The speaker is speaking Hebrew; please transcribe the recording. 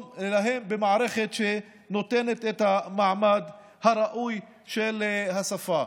במערכת שנותנת את המעמד הראוי של השפה.